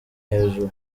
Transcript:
hejuru